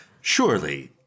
surely